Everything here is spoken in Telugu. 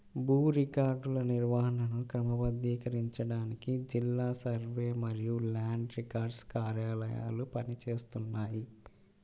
భూ రికార్డుల నిర్వహణను క్రమబద్ధీకరించడానికి జిల్లా సర్వే మరియు ల్యాండ్ రికార్డ్స్ కార్యాలయాలు పని చేస్తున్నాయి